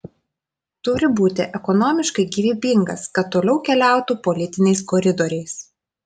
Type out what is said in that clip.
turi būti ekonomiškai gyvybingas kad toliau keliautų politiniais koridoriais